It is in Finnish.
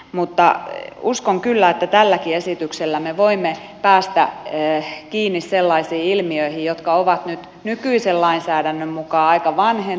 mutta uskon kyllä että tälläkin esityksellä me voimme päästä kiinni sellaisiin ilmiöihin jotka ovat nyt nykyisen lainsäädännön mukaan aika vanhentuneita